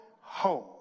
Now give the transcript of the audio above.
home